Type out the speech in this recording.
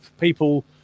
people